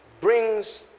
brings